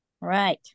Right